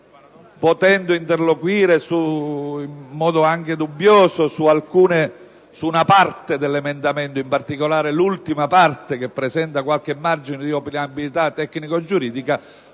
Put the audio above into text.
potendo interloquire in modo anche dubbioso su una parte dell'emendamento - in particolare l'ultima parte - che presenta qualche margine di opinabilità tecnico-giuridica,